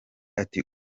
ati